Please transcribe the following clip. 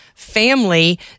family